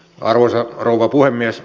arvoisa rouva puhemies